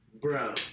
bro